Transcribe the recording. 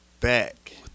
back